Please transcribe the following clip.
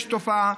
יש תופעה,